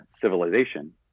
civilization